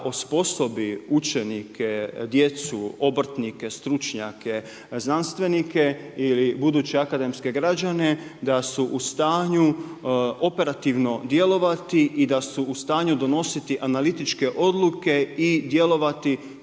osposobi učenike, djecu, obrtnike, stručnjake, znanstvenike i buduće akademske građane da su u stanju operativno djelovati i da su u stanju donositi analitičke odluke i djelovati